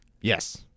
Yes